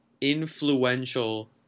influential